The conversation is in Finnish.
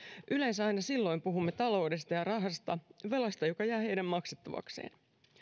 yleensä aina silloin puhumme taloudesta ja rahasta velasta joka jää heidän maksettavakseen